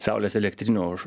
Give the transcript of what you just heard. saulės elektrinių už